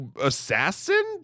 assassin